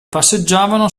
passeggiavano